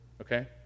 okay